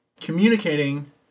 communicating